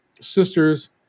sisters